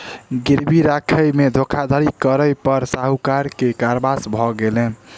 गिरवी राखय में धोखाधड़ी करै पर साहूकार के कारावास भ गेलैन